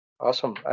Awesome